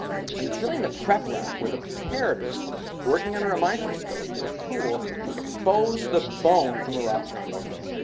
and it's really in the prep lab where the preparators working under a microscope with tools expose the bone from the rock grain by grain.